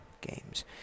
games